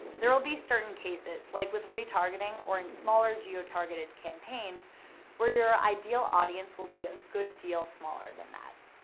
there will be certain cases, like with retargeting or in smaller geo-targeted campaigns where your ideal audience will be a good deal smaller than that.